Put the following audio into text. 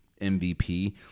MVP